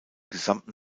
gesamten